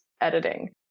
editing